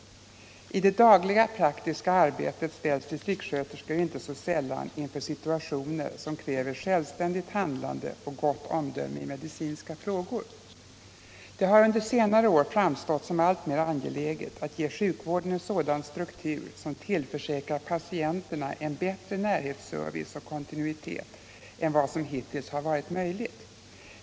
I det dagliga praktiska arbetet ställs distriktssköterskor inte så sällan inför situationer som kräver självständigt handlande och gott omdöme i medicinska frågor. Det har under senare år framstått som alltmer angeläget att ge sjukvården en sådan struktur som tillförsäkrar patienterna en bättre närhetsservice och kontinuitet än vad som hittills har varit möjligt.